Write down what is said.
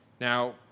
Now